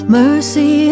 mercy